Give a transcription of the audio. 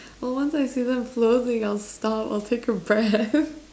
well once I see them float then I'll stop I'll take a breath